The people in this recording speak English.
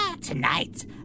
Tonight